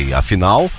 afinal